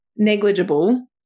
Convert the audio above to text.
negligible